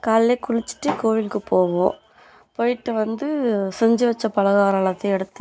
காலையில் குளித்துட்டு கோயிலுக்கு போவோம் போய்விட்டு வந்து செஞ்சு வச்ச பலகாரம் எல்லாத்தையும் எடுத்து